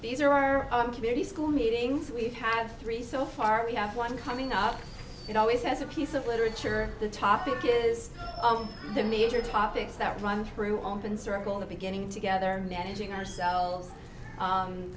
these are our community school meetings we have three so far we have one coming up it always has a piece of literature the topic is the major topics that run through open circle the beginning together managing ourselves